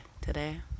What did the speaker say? today